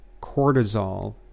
cortisol